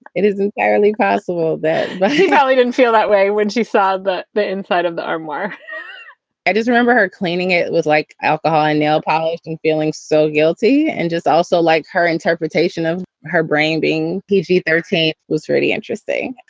it is entirely possible that but probably didn't feel that way when she saw but the inside of the armoire i just remember her cleaning. it was like alcohol and nail polish and feeling so guilty. and just also like her interpretation of her brain being pg thirteen was really interesting.